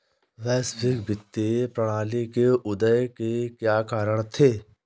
वैश्विक वित्तीय प्रणाली के उदय के क्या कारण थे?